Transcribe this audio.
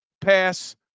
pass